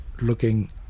looking